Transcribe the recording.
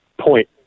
point